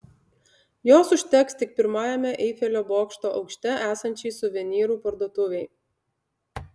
jos užteks tik pirmajame eifelio bokšto aukšte esančiai suvenyrų parduotuvei